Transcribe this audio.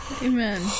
Amen